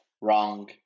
Wrong